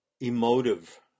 emotive